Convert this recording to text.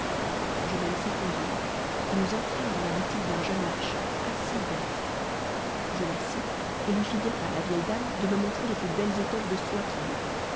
je me laissai conduire et nous entrâmes dans la boutique d'un jeune marchand assez bien fait je m'assis et lui fis dire par la vieille dame de me montrer les plus belles étoffes de soie qu'il eût